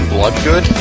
Bloodgood